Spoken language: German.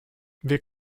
wir